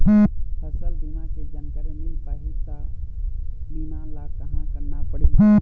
फसल बीमा के जानकारी मिल पाही ता बीमा ला कहां करना पढ़ी?